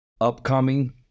upcoming